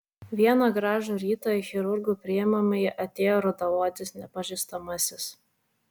vieną gražų rytą į chirurgo priimamąjį atėjo rudaodis nepažįstamasis